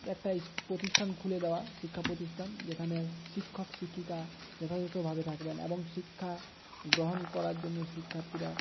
একটা প্রতিষ্ঠান খুলে দেওয়া শিক্ষা প্রতিষ্ঠান যেখানে শিক্ষক শিক্ষিকা যথাযথভাবে থাকবেন এবং শিক্ষা গ্রহণ করার জন্য শিক্ষার্থীরা